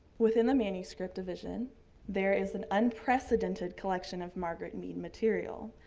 within the manuscript division there is an unprecedented collection of margaret mead material.